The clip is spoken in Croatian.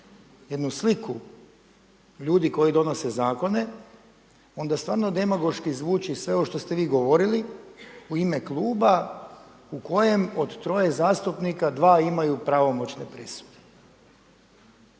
jednu sliku ljudi koji donose zakone onda stvarno demagoški zvuči sve ovo što ste vi govorili u ime kluba u kojem od troje zastupnika dva imaju pravomoćne presude.